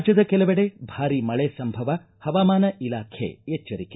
ರಾಜ್ಣದ ಕೆಲವೆಡೆ ಭಾರೀ ಮಳೆ ಸಂಭವ ಹವಾಮಾನ ಇಲಾಖೆ ಎಚ್ಚರಿಕೆ